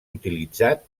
utilitzat